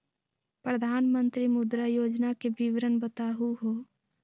प्रधानमंत्री मुद्रा योजना के विवरण बताहु हो?